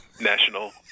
national